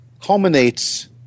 culminates